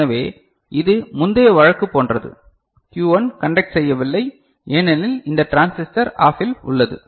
எனவே இது முந்தைய வழக்கு போன்றது Q1 கண்டக்ட் செய்யவில்லை ஏனெனில் இந்த டிரான்சிஸ்டர் ஆஃபில் உள்ளது